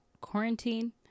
quarantine